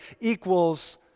equals